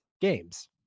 games